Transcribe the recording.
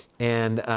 and,